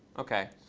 ok.